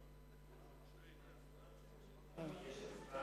אחרי זה?